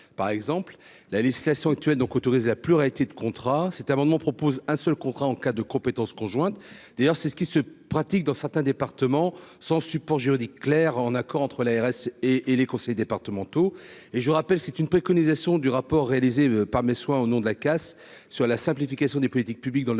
par exemple, la législation actuelle donc autorisé la pluralité de contrats cet amendement propose un seul contrat en cas de compétence conjointe d'ailleurs, c'est ce qui se pratique dans certains départements, sans support juridique clair en accord entre la RS et et les conseils départementaux et je vous rappelle, c'est une préconisation du rapport réalisé par mes soins, au nom de la casse sur la simplification des politiques publiques dans le